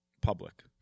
public